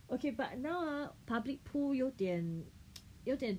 okay but now ah public pool 有点 有点